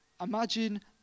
imagine